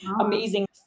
amazing